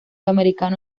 americano